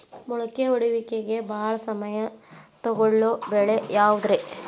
ಮೊಳಕೆ ಒಡೆಯುವಿಕೆಗೆ ಭಾಳ ಸಮಯ ತೊಗೊಳ್ಳೋ ಬೆಳೆ ಯಾವುದ್ರೇ?